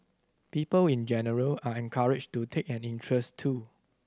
people in general are encouraged to take an interest too